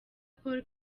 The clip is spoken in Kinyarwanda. paul